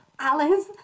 Alice